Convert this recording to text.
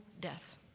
death